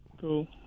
Cool